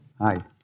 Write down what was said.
Hi